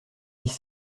dix